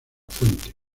fuente